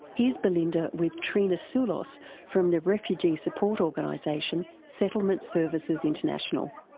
here's belinda with trina soulos from the refugee support organisation settlement services international.